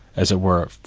as it were,